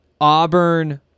Auburn